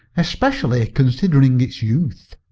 especially considering its youth.